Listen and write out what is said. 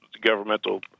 governmental